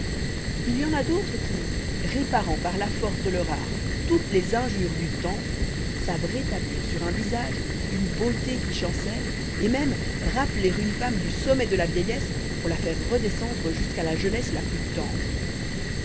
il y en a d'autres qui réparant par la force de leur art toutes les injures du temps savent rétablir sur un visage une beauté qui chancelle et même rappeler une femme du sommet de la vieillesse pour la faire redescendre jusqu'à la jeunesse la plus tendre